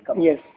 Yes